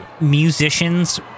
musicians